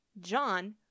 John